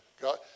God